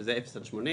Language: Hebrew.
שזה 0 80 קילומטר,